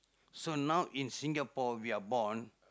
so now in Singapore we are born